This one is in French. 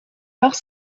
alors